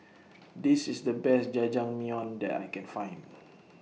This IS The Best Jajangmyeon that I Can Find